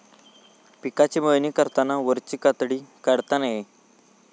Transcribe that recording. पिकाची मळणी करताना वरची कातडी काढता नये